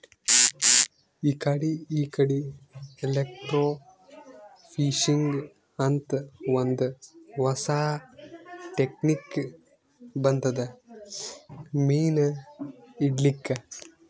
ಇಕಡಿ ಇಕಡಿ ಎಲೆಕ್ರ್ಟೋಫಿಶಿಂಗ್ ಅಂತ್ ಒಂದ್ ಹೊಸಾ ಟೆಕ್ನಿಕ್ ಬಂದದ್ ಮೀನ್ ಹಿಡ್ಲಿಕ್ಕ್